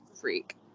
freak